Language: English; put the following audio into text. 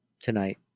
tonight